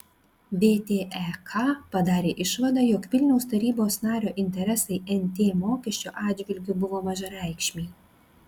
vtek padarė išvadą jog vilniaus tarybos nario interesai nt mokesčio atžvilgiu buvo mažareikšmiai